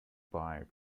buy